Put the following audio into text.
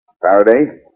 Faraday